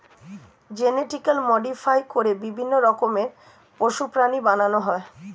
genetically modify করে বিভিন্ন রকমের পশু, প্রাণী বানানো হয়